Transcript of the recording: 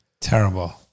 Terrible